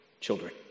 children